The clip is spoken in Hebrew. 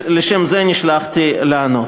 כי לשם זה נשלחתי לענות.